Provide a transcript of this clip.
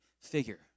figure